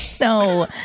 No